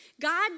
God